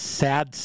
sad